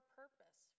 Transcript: purpose